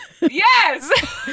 Yes